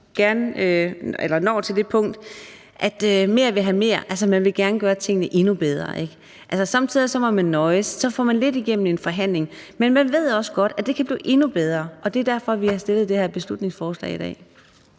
at mere vil have mere, for man vil altså gerne gøre tingene endnu bedre, ikke? Altså, somme tider må man nøjes. Så får man lidt igennem ved en forhandling, men man ved også godt, at det kan blive endnu bedre, og det er derfor, vi har fremsat det her beslutningsforslag i dag.